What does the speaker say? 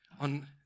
on